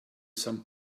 some